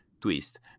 twist